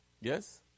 Yes